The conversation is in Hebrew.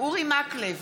אורי מקלב,